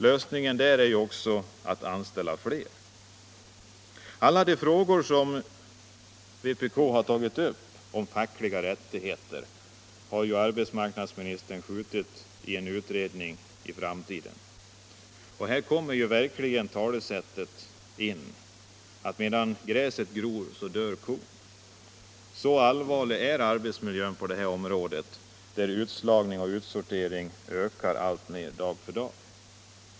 Lösningen är också där att anställa fler. Alla de frågor som vpk tagit upp om fackliga rättigheter har arbetsmarknadsministern skjutit på framtiden i en utredning. Här passar verkligen talesättet in: Medan gräset gror så dör kon. Så allvarligt ställt är det med arbetsmiljön på det här området där utslagning och utsortering ökar alltmer dag för dag.